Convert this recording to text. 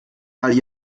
mal